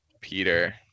Peter